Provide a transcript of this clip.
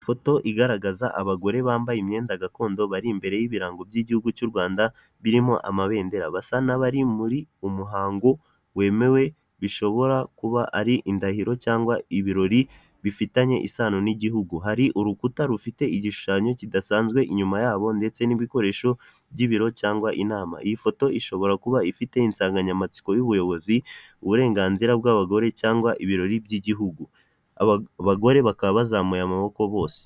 Ifoto igaragaza abagore bambaye imyenda gakondo bari imbere y'ibirango by'igihugu cy'u Rwanda birimo amabendera, basa n'abari muri umuhango wemewe bishobora kuba ari indahiro cyangwa ibirori bifitanye isano n'igihugu. Hari urukuta rufite igishushanyo kidasanzwe inyuma yabo ndetse n'ibikoresho by'ibiro cyangwa inama, iyi foto ishobora kuba ifite insanganyamatsiko y'ubuyobozi uburenganzira bw'abagore cyangwa ibirori by'igihugu abagore bakaba bazamuye muboko bose.